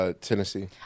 Tennessee